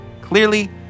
Clearly